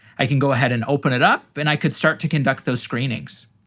i can go ahead and open it up and i could start to conduct those screenings.